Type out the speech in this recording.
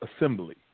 assembly